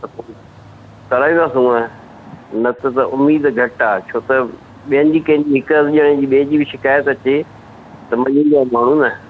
त पोइ कराईंदासूंव न त त उमीद घटि आहे छो त ॿियनि जी कंहिंजी हिकु अधु ॼणे जी ॿिए जी बि शिकायत अचे त मञींदा माण्हू न